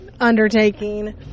undertaking